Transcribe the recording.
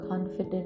confident